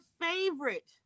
favorite